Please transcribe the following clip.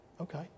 okay